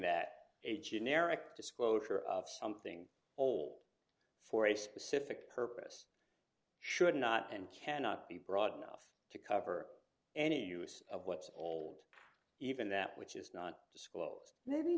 that a generic disclosure of something old for a specific purpose should not and cannot be broad enough to cover any use of what's old even that which is not disclosed may be